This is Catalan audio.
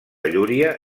llúria